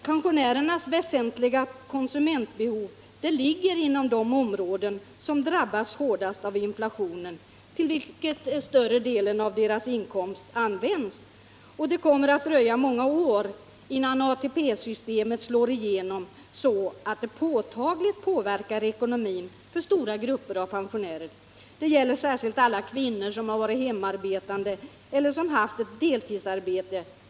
Pensionärernas väsentliga konsumentbehov ligger inom de områden som drabbas hårdast av inflationen, till vilken större delen av deras inkomster används. Det kommer att dröja många år innan ATP-systemet slår igenom så att det påtagligt påverkar ekonomin för stora grupper pensionärer. Det gäller särskilt alla kvinnor som har varit hemarbetande eller haft ett deltidsarbete.